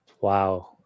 wow